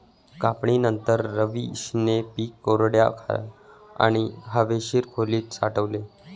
कापणीनंतर, रवीशने पीक कोरड्या आणि हवेशीर खोलीत साठवले